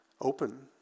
open